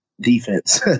defense